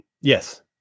Yes